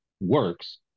works